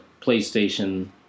PlayStation